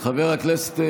חבר הכנסת,